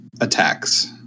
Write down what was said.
attacks